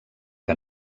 que